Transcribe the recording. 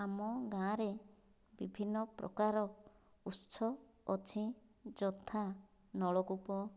ଆମ ଗାଁରେ ବିଭିନ୍ନ ପ୍ରକାର ଉତ୍ସ ଅଛି ଯଥା ନଳ କୂପ